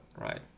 right